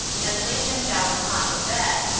and laid him down upon the bed,